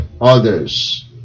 others